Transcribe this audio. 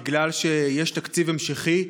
בגלל שיש תקציב המשכי,